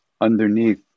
underneath